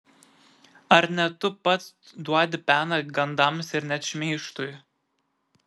ar ne tu pats duodi peną gandams ir net šmeižtui